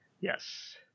Yes